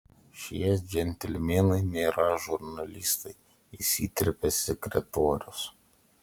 šie džentelmenai nėra žurnalistai įsiterpė sekretorius